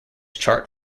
chart